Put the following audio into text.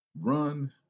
Run